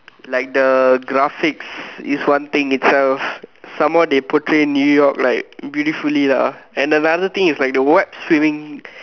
like the graphics is one thing itself some more they portray New-York beautifully lah and another thing is the what swinging